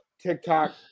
TikTok